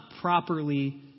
properly